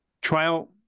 trial